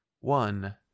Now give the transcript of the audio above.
one